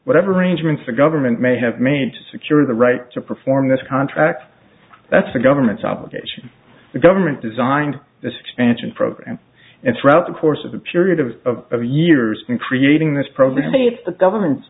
whatever arrangements the government may have made to secure the right to perform this contract that's the government's obligation the government designed this expansion program and throughout the course of the period of years in creating this program it's the government's